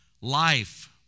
life